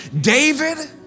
David